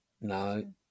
no